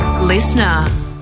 Listener